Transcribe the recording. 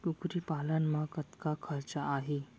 कुकरी पालन म कतका खरचा आही?